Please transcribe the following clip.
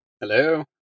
Hello